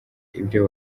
ibyo